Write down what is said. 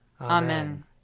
Amen